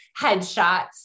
headshots